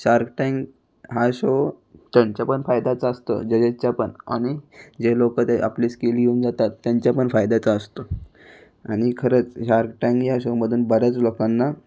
shark Tank हा show त्यांच्या पण फायद्याचा असतो जजेसच्या पण आणि जे लोक ते आपली स्किल घेऊन जातात त्यांच्या पण फायद्याचा असतो आणि खरंच शार्क टॅंक या शोमधून बऱ्याच लोकांना